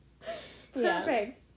Perfect